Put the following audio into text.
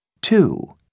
Two